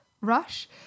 rush